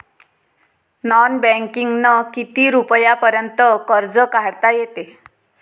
Non बँकिंगनं किती रुपयापर्यंत कर्ज काढता येते?